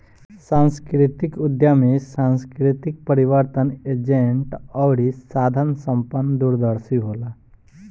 सांस्कृतिक उद्यमी सांस्कृतिक परिवर्तन एजेंट अउरी साधन संपन्न दूरदर्शी होला